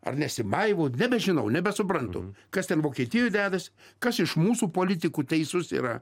ar nesimaivo nebežinau nebesuprantu kas ten vokietijoj dedas kas iš mūsų politikų teisus yra